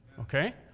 Okay